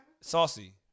Saucy